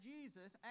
Jesus